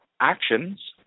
actions